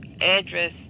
address